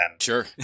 Sure